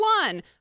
one